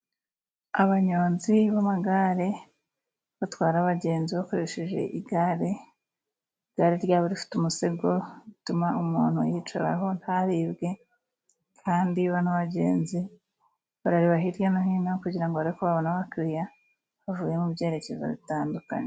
Abanyonzi b'amagare batwara abagenzi bakoresheje igare, igare ryaba rifite umusego bituma umuntu yicaraho ntaribwe kandi bano bagenzi barareba hirya no hino kugirango barebe ko babona abakiriya bavuye mu byerekezo bitandukanye.